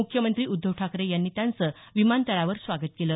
मुख्यमंत्री उद्धव ठाकरे यांनी त्यांचं विमानतळावर स्वागत केलं